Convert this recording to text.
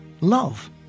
love